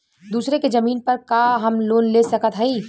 दूसरे के जमीन पर का हम लोन ले सकत हई?